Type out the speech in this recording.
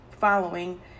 following